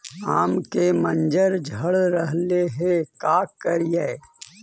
आम के मंजर झड़ रहले हे का करियै?